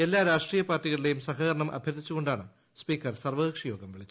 എല്ലാ രാഷ്ട്രീയ പാർട്ടികളുടെയും സഹകരണം അഭ്യർത്ഥിച്ചുകൊണ്ടാണ് സ്പീക്കർ സർവ്വകക്ഷിയോഗം വിളിച്ചത്